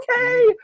Okay